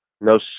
no